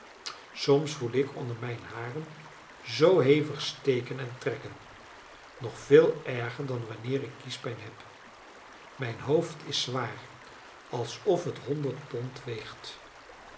soms voel ik onder mijn haren zoo hevig steken en trekken nog veel erger dan wanneer ik kiespijn heb mijn hoofd is zwaar alsof het honderd pond weegt